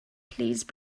please